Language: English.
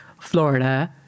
Florida